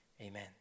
amen